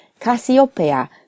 Cassiopeia